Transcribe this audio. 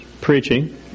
preaching